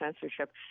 censorship